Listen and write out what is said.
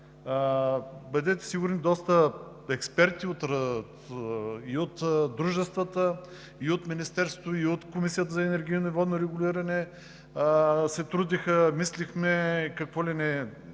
Бъдете сигурни, доста експерти и от дружествата, и от Министерството, и от Комисията за енергийно и водно регулиране